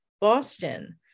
Boston